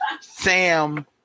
Sam